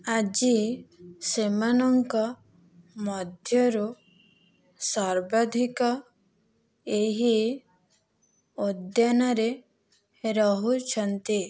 ଆଜି ସେମାନଙ୍କ ମଧ୍ୟରୁ ସର୍ବାଧିକ ଏହି ଉଦ୍ୟାନରେ ରହୁଛନ୍ତି